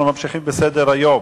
אנחנו ממשיכים בסדר-היום.